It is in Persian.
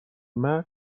مرگ